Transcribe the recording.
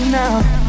now